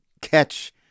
catch